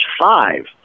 five